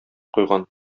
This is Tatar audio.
куйган